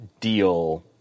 deal